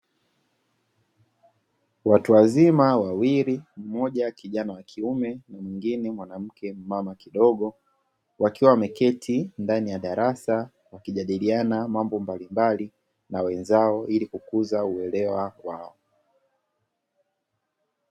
Watu wazima wawili mmoja kijana wa kiume na mwingine mwanamke mmama kidogo wakiwa wameketi ndani ya darasa wakijadiliana mambo mbalimbali na wenzao ili kukuza uelewa wao.